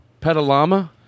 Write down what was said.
Petalama